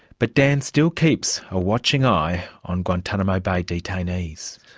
but dan still keeps a watching eye on guantanamo bay detainees.